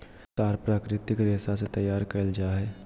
तार प्राकृतिक रेशा से तैयार करल जा हइ